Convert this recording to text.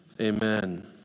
amen